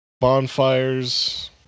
bonfires